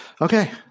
okay